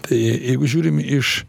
tai jeigu žiūrim iš